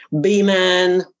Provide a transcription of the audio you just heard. B-Man